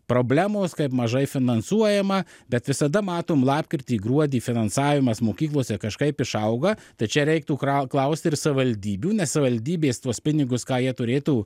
problemos kaip mažai finansuojama bet visada matom lapkritį gruodį finansavimas mokyklose kažkaip išauga tai čia reiktų krau klausti ir savivaldybių nes savivaldybės tuos pinigus ką jie turėtų